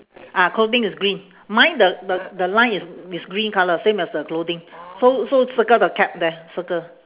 ah clothing is green mine the the the line is is green colour same as the clothing so so circle the cap there circle